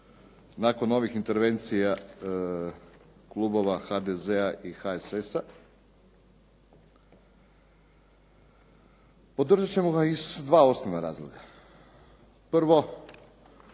nakon ovih intervencija klubova HDZ-a i HSS-a. Podržat ćemo ga iz dva osnovna razloga. Prvo,